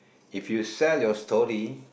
if you sell your story